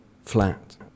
flat